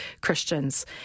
Christians